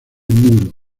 muro